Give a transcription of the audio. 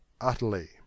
Utterly